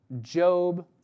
Job